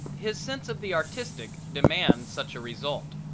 his sense of the artistic demands such a result.